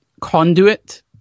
Conduit